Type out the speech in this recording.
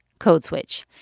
code switch.